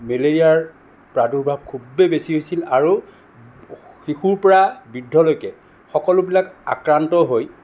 মেলেৰিয়াৰ প্ৰাদুৰ্ভাৱ খুবেই বেছি হৈছিল আৰু শিশুৰ পৰা বৃদ্ধলৈকে সকলোবিলাক আক্ৰান্ত হৈ